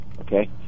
okay